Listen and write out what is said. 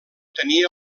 tenia